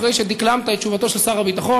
אחרי שדקלמת את תשובתו של שר הביטחון,